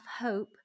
hope